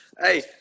Hey